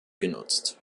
genutzt